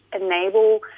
enable